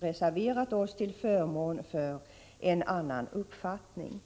reserverat oss till förmån för en annan uppfattning.